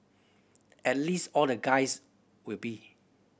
at least all the guys will be